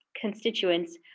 constituents